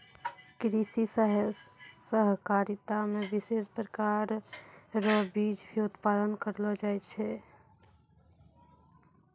कृषि सहकारिता मे विशेष प्रकार रो बीज भी उत्पादन करलो जाय छै